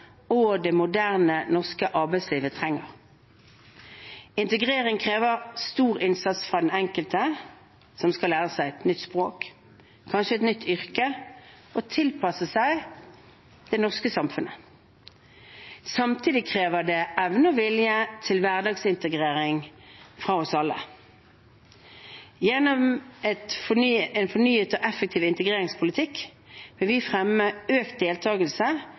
og det moderne, norske arbeidslivet trenger. Integrering krever stor innsats fra den enkelte som skal lære seg et nytt språk, kanskje et nytt yrke, og tilpasse seg det norske samfunnet. Samtidig krever det evne og vilje til hverdagsintegrering fra oss alle. Gjennom en fornyet og effektiv integreringspolitikk vil vi fremme økt